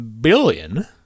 billion